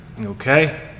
okay